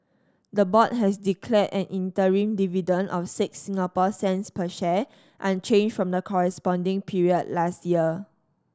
the board has declared an interim dividend of six Singapore cents per share unchanged from the corresponding period last year